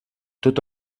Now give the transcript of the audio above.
tot